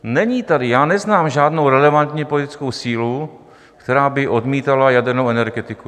Není tady... já neznám žádnou relevantní politickou sílu, která by odmítala jadernou energetiku.